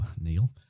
Neil